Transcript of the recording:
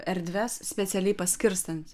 erdves specialiai paskirstant